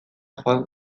joan